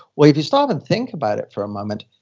well, if you stop and think about it for a moment,